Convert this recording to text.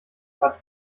bad